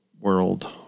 world